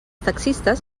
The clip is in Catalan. taxistes